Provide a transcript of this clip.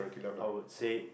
I would say